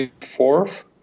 fourth